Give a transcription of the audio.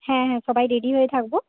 হ্যাঁ হ্যাঁ সবাই রেডি হয়ে থাকবো